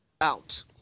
out